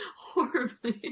horribly